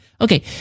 Okay